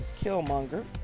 Killmonger